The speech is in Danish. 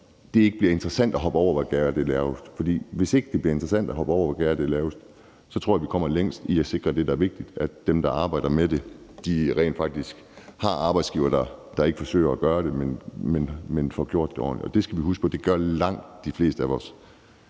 ikke bliver interessant at hoppe over, hvor gærdet er lavest. For hvis ikke det bliver interessant at hoppe over, hvor gærdet er lavest, så tror jeg, vi kommer længst med at sikre det, der er vigtigt, nemlig at dem, der arbejder med det, rent faktisk har arbejdsgivere, der ikke forsøger at gøre det dårligt, men får gjort det ordentligt. Og det skal vi huske at langt de fleste at vores